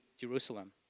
Jerusalem